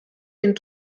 den